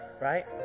Right